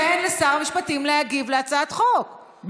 תן לשר המשפטים להגיב להצעת חוק,